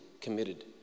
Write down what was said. committed